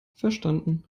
verstanden